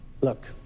Look